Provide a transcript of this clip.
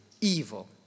evil